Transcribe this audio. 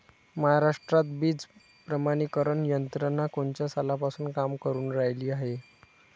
महाराष्ट्रात बीज प्रमानीकरण यंत्रना कोनच्या सालापासून काम करुन रायली हाये?